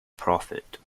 profit